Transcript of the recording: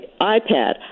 iPad